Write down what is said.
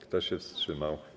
Kto się wstrzymał?